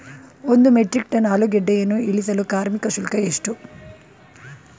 ಒಂದು metric tonne ಆಲೂಗೆಡ್ಡೆಯನ್ನು ಇಳಿಸಲು ಕಾರ್ಮಿಕ ಶುಲ್ಕ ಎಷ್ಟು?